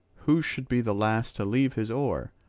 who should be the last to leave his oar.